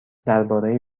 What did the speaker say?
درباره